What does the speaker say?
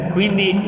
Quindi